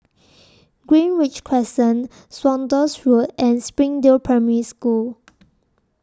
Greenridge Crescent Saunders Road and Springdale Primary School